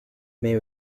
may